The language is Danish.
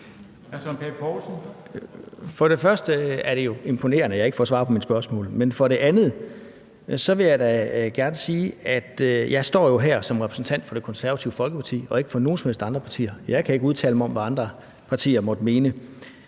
For det første er det jo imponerende, at jeg ikke får svar på mine spørgsmål. Men for det andet vil jeg da gerne sige, at jeg jo står her som repræsentant for Det Konservative Folkeparti og ikke for nogen som helst andre partier. Jeg kan ikke udtale mig om, hvad andre partier måtte mene.